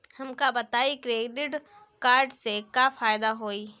हमका बताई credit card से का फायदा होई?